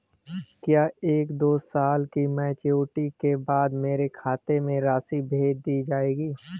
क्या एक या दो साल की मैच्योरिटी के बाद मेरे खाते में राशि भेज दी जाएगी?